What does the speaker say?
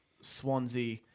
Swansea